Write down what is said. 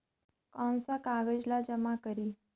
कौन का कागज ला जमा करी?